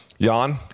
Jan